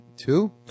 two